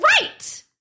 right